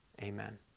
Amen